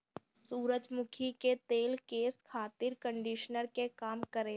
सूरजमुखी के तेल केस खातिर कंडिशनर के काम करेला